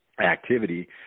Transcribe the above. activity